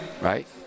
right